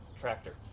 tractor